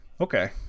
Okay